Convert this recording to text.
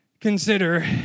consider